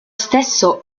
stesso